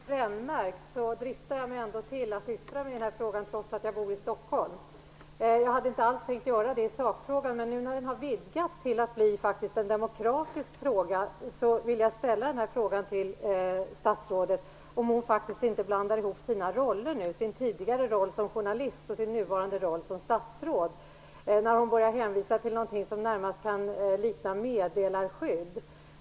Fru talman! Med risk för att bli brännmärkt dristar jag mig att yttra mig i frågan - jag bor nämligen i Stockholm. Jag hade inte alls tänkt yttra mig i sakfrågan. Men när den nu faktiskt vidgats till att vara en demokratisk fråga undrar jag om inte statsrådet blandar ihop sin tidigare roll som journalist och sin nuvarande roll som statsråd. Statsrådet börjar ju nu hänvisa till något som närmast kan liknas vid meddelarskyddet.